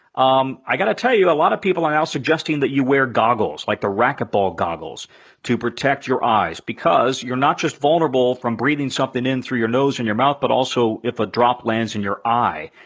um i gotta tell you, a lotta people are now suggesting that you wear goggles, like the racquetball goggles to protect your eyes, because you're not just vulnerable from breathing something in through your nose and your mouth, but also if a drop lands in your eye.